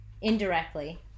indirectly